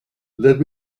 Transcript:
let